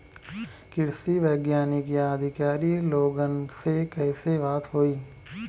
कृषि वैज्ञानिक या अधिकारी लोगन से कैसे बात होई?